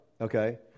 Okay